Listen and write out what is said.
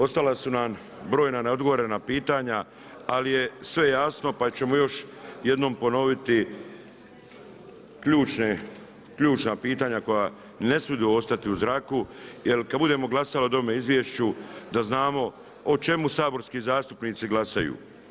Ostala su nam brojna neodgovorena pitanja, ali je sve jasno pa ćemo još jednom ponoviti ključna pitanja koja ne smidu ostati u zraku jel kada budemo glasali o ovome izvješću da znamo o čemu saborski zastupnici glasaju.